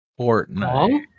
Fortnite